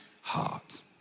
heart